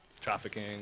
trafficking